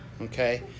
okay